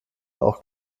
auch